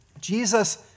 Jesus